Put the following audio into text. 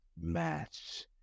match